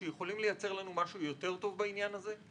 שהיו יכולים לייצר לנו משהו יותר טוב בעניין הזה?